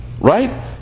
right